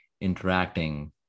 interacting